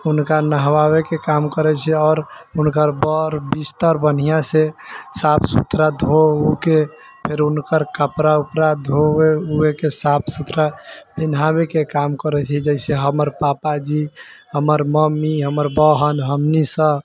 हुनका नहबाबैके काम करै छी आओर हुनकर बड़ बिस्तर बन्हियाँसँ साफ सुथरा धो उ के फिर हुनकर कपड़ा उपड़ा धोबे ओबेके साफ सुथरा पिन्हाबैके काम करै छी जैसे हमर पापाजी हमर मम्मी हमर बहन हमनीसँ